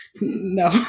No